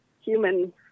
human